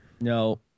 No